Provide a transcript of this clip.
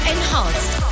Enhanced